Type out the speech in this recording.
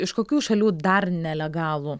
iš kokių šalių dar nelegalų